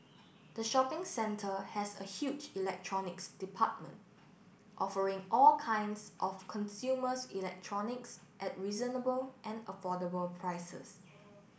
the shopping centre has a huge electronics department offering all kinds of consumers electronics at reasonable and affordable prices